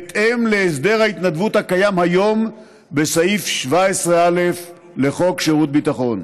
בהתאם להסדר ההתנדבות הקיים היום בסעיף 17א לחוק שירות ביטחון.